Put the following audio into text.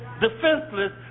defenseless